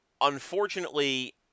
Unfortunately